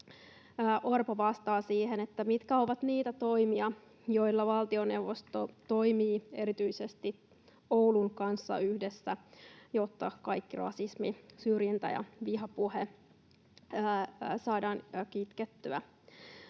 Orpo vastaa siihen, mitkä ovat niitä toimia, joilla valtioneuvosto toimii erityisesti Oulun kanssa yhdessä, jotta kaikki rasismi, syrjintä ja vihapuhe saadaan kitkettyä.